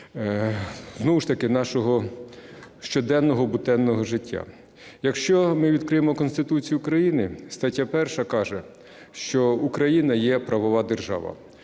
знову ж таки нашого щоденного, буденного життя. Якщо ми відкриємо Конституцію України, стаття 1 каже, що Україна є правова держава.